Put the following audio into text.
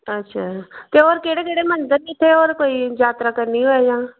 अच्छा ते होर केह्ड़े केह्ड़े मंदर ने जित्थै होर कोई जात्तरा करनी होयै जां